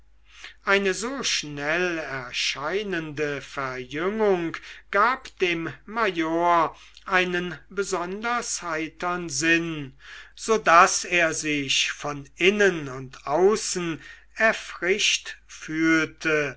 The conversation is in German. eine so schnell erscheinende verjüngung gab dem major einen besonders heitern sinn so daß er sich von innen und außen erfrischt fühlte